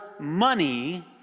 money